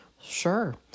sure